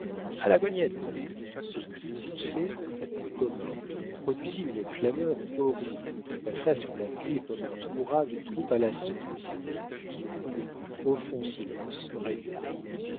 a la cognette ce cri poussé en commun produisit une clameur horrible qui passa sur la ville comme un hourra de troupes à l'assaut puis le plus profond silence régna